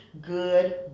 good